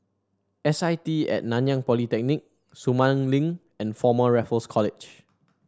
S I T At Nanyang Polytechnic Sumang Link and Former Raffles College